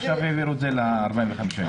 עכשיו העבירו את זה ל-45 ימים.